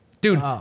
dude